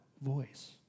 voice